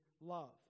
love